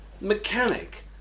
mechanic